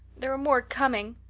there are more coming!